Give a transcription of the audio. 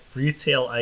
retail